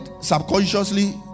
subconsciously